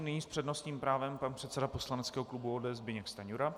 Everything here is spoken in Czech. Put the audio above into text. Nyní s přednostním právem pan předseda poslaneckého klubu ODS Zbyněk Stanjura.